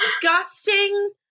disgusting